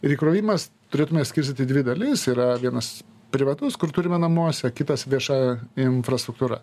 ir įkrovimas turėtume skirstyt į dvi dalis yra vienas privatus kur turime namuose kitas vieša infrastruktūra